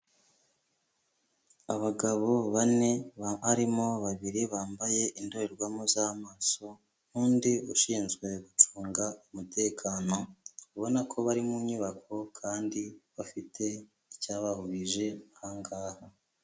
Abagabo bane, harimo babiri bambaye indorerwamo z'amaso. n'undi ushinzwe gucunga umutekano, ubona ko bari mu nyubako, kandi bafite icyabahurije aha ngaha.